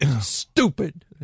stupid